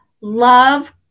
love